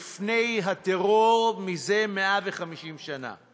בפני הטרור זה 150 שנה.